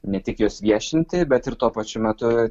ne tik juos viešinti bet ir tuo pačiu metu